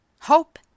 Hope